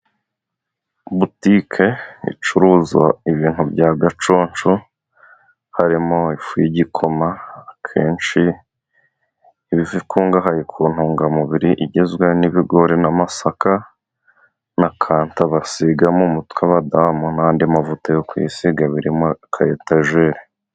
Butike icuruza ibintu bya gaconsho harimo ifu y'igikoma, akenshi bikungahaye ku ntungamubiri, igizwe n'ibigori na'amasaka na kata, basiga m'umutwe w'abadamu n'andi mavuta yo kwisiga biri muri ka etageri.